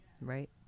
Right